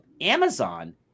Amazon